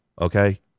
okay